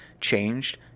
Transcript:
changed